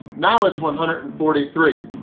now it's one hundred and forty three.